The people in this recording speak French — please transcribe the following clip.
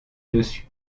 dessus